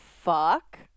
Fuck